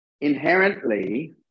inherently